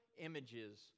images